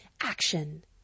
action